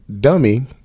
dummy